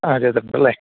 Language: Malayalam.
ആ ചെയ്തിട്ടുണ്ടല്ലേ